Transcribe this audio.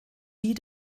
die